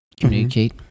communicate